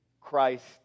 Christ